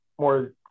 more